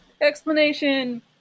explanation